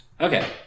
Okay